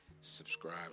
subscribe